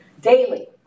Daily